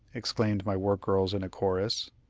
exclaimed my work-girls in a chorus.